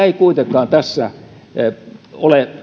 ei kuitenkaan ole